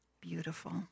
beautiful